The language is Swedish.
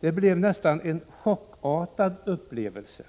Det blev nästan en chockartad upplevelse